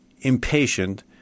impatient